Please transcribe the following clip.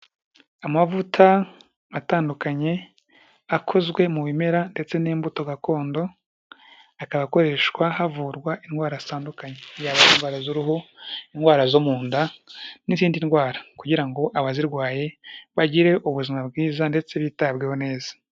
Amavuta atandukanye akozwe mu bimera ndetse n'imbuto gakondo, akaba akoreshwa havurwa indwara zitandukanye, yaba indwa z'uruhu, indwara zo mu nda n'izindi ndwara, kugira ngo abazirwaye bagire ubuzima bwiza ndetse bitabweho neza.